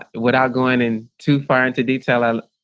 ah without going in too far into detail,